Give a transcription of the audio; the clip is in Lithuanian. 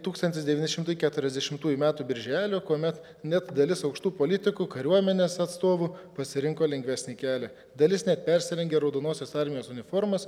tūkstantis devyni šimtai keturiasdešimtųjų metų birželio kuomet net dalis aukštų politikų kariuomenės atstovų pasirinko lengvesnį kelią dalis net persirengė raudonosios armijos uniformas